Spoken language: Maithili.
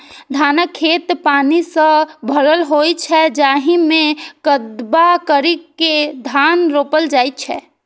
धानक खेत पानि सं भरल होइ छै, जाहि मे कदबा करि के धान रोपल जाइ छै